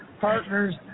partners